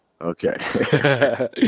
Okay